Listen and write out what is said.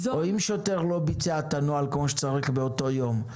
או אם שוטר לא ביצע את הנוהל כמו שצריך באותו יום,